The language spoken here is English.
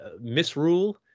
misrule